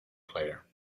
player